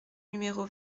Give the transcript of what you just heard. numéro